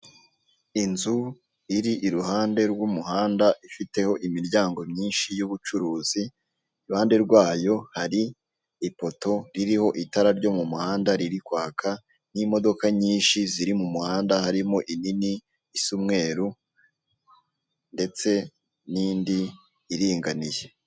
Inzu iri iruhande rw'umuhanda ifiteho imiryango myinshi y'ubucuruzi, iruhande rwayo hari ipoto ririho itara ryo mu muhanda riri kwaka n'imodoka nyinshi ziri mu muhanda harimo inini isa umweruru ndetse n'indi iringaniye.